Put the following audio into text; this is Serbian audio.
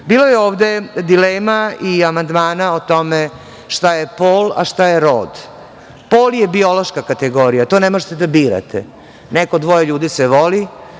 je ovde dilema i amandmana o tome šta je pol, a šta je rod. Pol je biološka kategorija. To ne možete da birate. Neko dvoje ljudi se vole